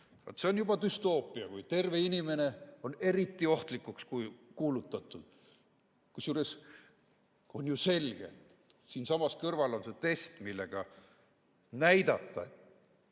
See on juba düstoopia, kui terve inimene on eriti ohtlikuks kuulutatud. Kusjuures on ju selge, siinsamas kõrval on see test, millega näidata,